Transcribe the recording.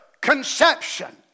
conception